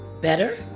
better